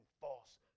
false